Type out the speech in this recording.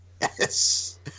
Yes